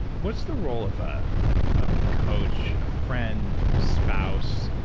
what's the role of ah of a coach, a friend, a spouse,